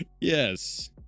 yes